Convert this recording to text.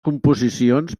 composicions